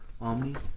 Omni